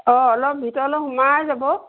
অঁ অলপ ভিতৰলৈ সোমাই যাব